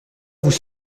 vous